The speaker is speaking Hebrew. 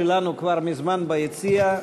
כבר מזמן ביציע,